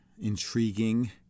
intriguing